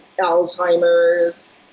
Alzheimer's